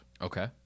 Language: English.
Okay